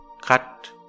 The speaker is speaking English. cut